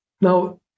Now